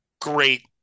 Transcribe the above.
great